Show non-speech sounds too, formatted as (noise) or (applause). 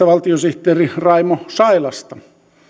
(unintelligible) valtiosihteeri raimo sailasta